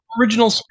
original